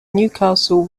newcastle